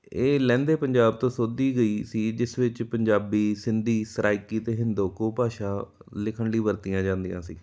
ਇਹ ਲਹਿੰਦੇ ਪੰਜਾਬ ਤੋਂ ਸੋਧੀ ਗਈ ਸੀ ਜਿਸ ਵਿੱਚ ਪੰਜਾਬੀ ਸਿੰਧੀ ਸਰਾਇਕੀ ਅਤੇ ਹਿੰਦੋ ਕੋ ਭਾਸ਼ਾ ਲਿਖਣ ਲਈ ਵਰਤੀਆਂ ਜਾਂਦੀਆਂ ਸੀ